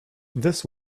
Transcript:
this